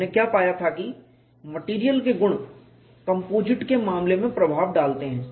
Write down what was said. हमने क्या पाया था कि मेटेरियल के गुण कंपोजिट के मामले में प्रभाव डालते हैं